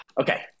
Okay